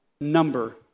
number